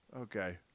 Okay